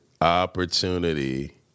opportunity